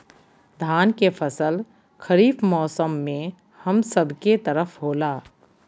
धान के फसल खरीफ मौसम में हम सब के तरफ होला